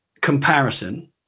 comparison